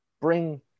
bring